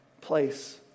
place